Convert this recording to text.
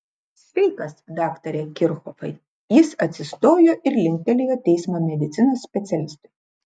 sveikas daktare kirchhofai jis atsistojo ir linktelėjo teismo medicinos specialistui